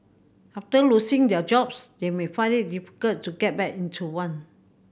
after losing their jobs they may find it difficult to get back into one